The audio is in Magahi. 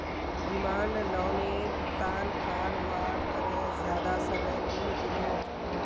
डिमांड लोअनेर भुगतान कारवार तने ज्यादा समय नि इलोह